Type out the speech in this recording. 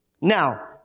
Now